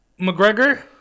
McGregor